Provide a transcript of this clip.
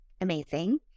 amazing